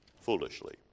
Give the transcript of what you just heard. foolishly